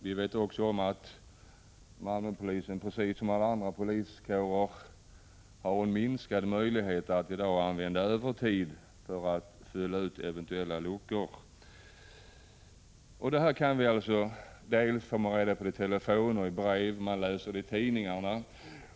Vi vet också att Malmöpolisen, precis som alla andra poliskårer, har fått minskade möjligheter att använda övertid för att fylla ut eventuella luckor. Det här har jag fått kännedom om per telefon och i brev, och det står att läsa i tidningarna.